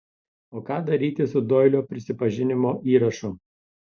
o ką daryti su doilio prisipažinimo įrašu